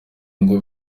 ngo